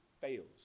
fails